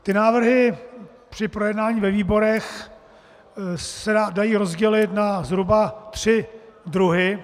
Ty návrhy při projednávání ve výborech se dají rozdělit zhruba na tři druhy.